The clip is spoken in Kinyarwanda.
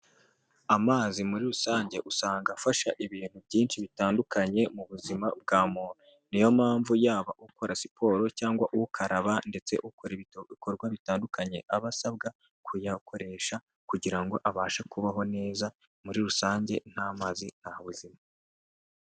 Amazi muri rusange usanga afasha ibintu byinshi bitandukanye mu buzima bwa muntu niyo mpamvu yaba ukora siporo cyangwa ukaraba ndetse ukora ibikorwa bitandukanye aba asabwa kuyakoresha kugirango ngo abashe kubaho neza muri rusange nta mazi nta buzima.